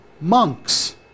monks